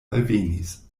alvenis